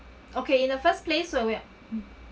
okay in the first place when we are